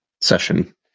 session